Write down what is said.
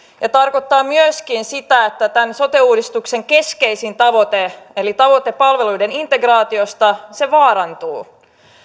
ja tarkoittaa myöskin sitä että sote uudistuksen keskeisin tavoite eli tavoite palveluiden integraatiosta vaarantuu